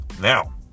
Now